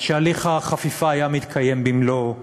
שהליך החפיפה היה מתקיים במלואו.